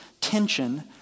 tension